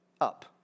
up